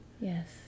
Yes